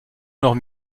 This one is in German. noch